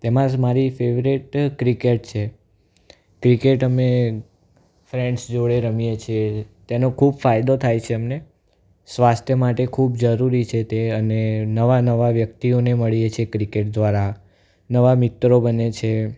તેમાં જ મારી ફેવરિટ ક્રિકેટ છે ક્રિકેટ અમે ફ્રેન્ડ્સ જોડે રમીએ છીએ તેનો ખૂબ ફાયદો થાય છે અમને સ્વાસ્થ્ય માટે ખૂબ જરૂરી છે તે અને નવાં નવાં વ્યક્તિઓને મળીએ છીએ ક્રિકેટ દ્વારા નવાં મિત્રો બને છે